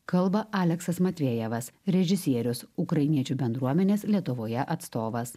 kalba aleksas matvejevas režisierius ukrainiečių bendruomenės lietuvoje atstovas